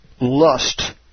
lust